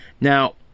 Now